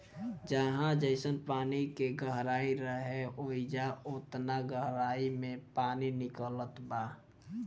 जहाँ जइसन पानी के गहराई रहे, ओइजा ओतना गहराई मे पानी निकलत बा